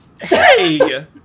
Hey